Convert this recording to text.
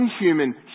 inhuman